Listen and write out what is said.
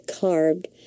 carved